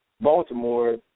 Baltimore